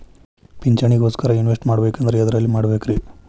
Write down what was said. ಪಿಂಚಣಿ ಗೋಸ್ಕರ ಇನ್ವೆಸ್ಟ್ ಮಾಡಬೇಕಂದ್ರ ಎದರಲ್ಲಿ ಮಾಡ್ಬೇಕ್ರಿ?